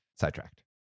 sidetracked